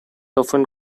often